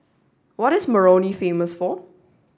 what is Moroni famous for